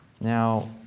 Now